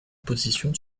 position